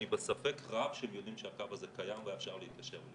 אני בספק רב שהם יודעים שהקו הזה קיים ואפשר להתקשר.